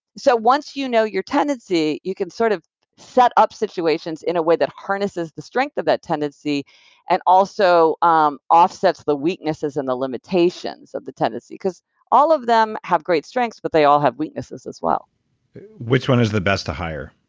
so once you know your tendency, you can sort of set up situations in a way that harnesses the strength of that tendency and also um offsets the weaknesses and the limitations of the tendency, because all of them have great strengths, but they all have weaknesses as well which one is the best to hire?